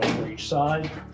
for each side.